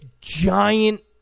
giant